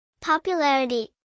Popularity